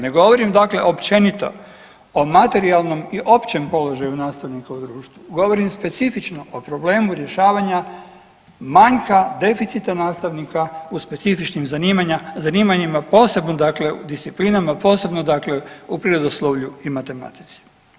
Ne govorim dakle općenito o materijalnom i općem položaju nastavnika u društvu, govorim specifično o problemu rješavanja manjka deficita nastavnika u specifičnim zanimanjima posebno dakle u disciplinama posebno u prirodoslovlju i matematici.